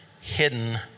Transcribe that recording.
hidden